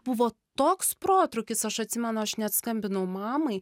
buvo toks protrūkis aš atsimenu aš net skambinau mamai